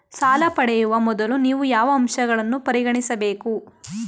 ಸಾಲ ಪಡೆಯುವ ಮೊದಲು ನೀವು ಯಾವ ಅಂಶಗಳನ್ನು ಪರಿಗಣಿಸಬೇಕು?